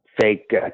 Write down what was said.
fake